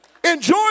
Enjoy